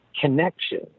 connection